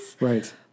right